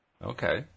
Okay